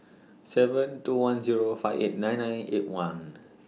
seven two one Zero five eight nine nine eight one